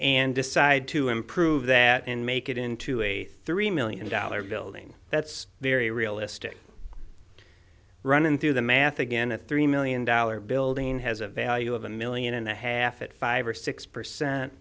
and decide to improve that and make it into a three million dollars building that's very realistic running through the math again a three million dollar building has a value of a million and a half at five or six